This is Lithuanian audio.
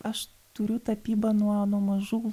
aš turiu tapybą nuo nuo mažų